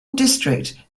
district